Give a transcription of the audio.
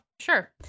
Sure